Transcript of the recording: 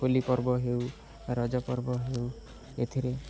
ହୋଲି ପର୍ବ ହେଉ ରଜ ପର୍ବ ହେଉ ଏଥିରେ